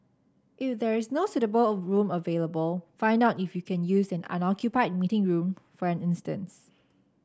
is there is no suitable of room available find out if you can use an unoccupied meeting room for a instance